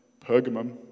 Pergamum